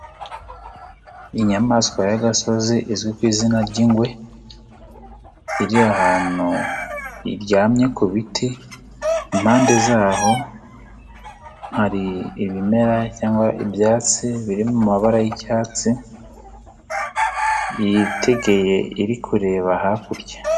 Inyamaswa y'agasozi izwi ku izina ry'ingwe iri ahantu iryamye ku biti, impande zaho hari ibimera cyangwa ibyatsi biri mu mabara y'icyatsi yitegeye iri kureba hakurya.